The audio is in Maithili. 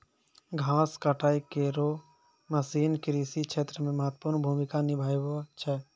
घास काटै केरो मसीन कृषि क्षेत्र मे महत्वपूर्ण भूमिका निभावै छै